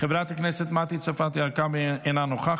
חבר הכנסת יואב סגלוביץ' אינו נוכח,